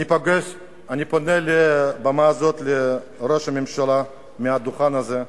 אני פונה מעל במה זאת לראש הממשלה, מהדוכן הזה,